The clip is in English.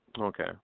Okay